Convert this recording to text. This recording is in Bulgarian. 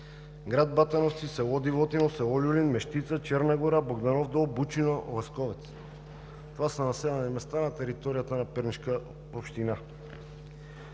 град Бàтановци, село Дивотино, село Люлин, Мещица, Черна гора, Богдàнов дол, Бучино, Лесковец. Това са населени места на територията на Пернишка община.